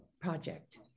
project